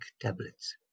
tablets